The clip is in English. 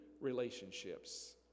relationships